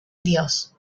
dios